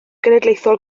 genedlaethol